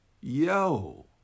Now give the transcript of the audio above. Yo